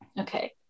Okay